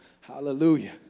Hallelujah